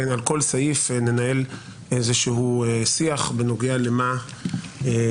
ועל כל סעיף ננהל שיח בנוגע למה